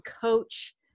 coach